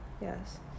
yes